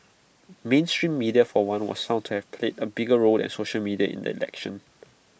mainstream media for one was sound that A bigger role than social media in the election